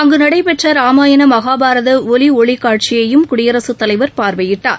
அங்குநடைபெற்றராமாயணமகாபாரதஒலிஒளிகாட்சியையும் குடியரசுத் தலைவர் பார்வையிட்டார்